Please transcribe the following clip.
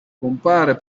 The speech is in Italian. compare